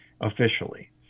officially